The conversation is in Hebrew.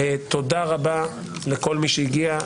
תודה רבה לכל מי שהגיע.